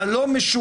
מה לא משוריין,